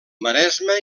maresme